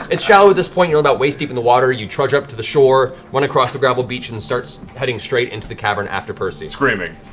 it's shallow at this point. you're about waist deep in the water. you trudge up to the shore, run across the gravel beach, and start so heading straight into the cavern after percy. travis screaming.